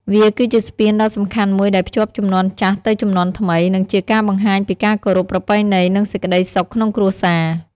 វាគឺជាស្ពានដ៏សំខាន់មួយដែលភ្ជាប់ជំនាន់ចាស់ទៅជំនាន់ថ្មី និងជាការបង្ហាញពីការគោរព ប្រពៃណី និងសេចក្តីសុខក្នុងគ្រួសារ។